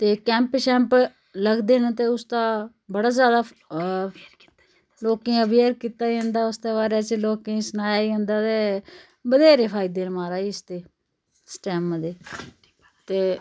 ते कैम्प शैम्प लगदे न ते उसदा बड़ा ज्यादा लोकें गी अवेयर कीता जंदा ऐ उसदा बारै च लोकें गी सनाया जंदा ते बत्थेरे फायदे न महाराज इसदे सटैम दे ते